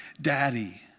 Daddy